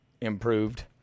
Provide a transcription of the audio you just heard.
improved